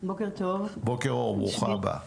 בוקר אור, ברוכה הבאה.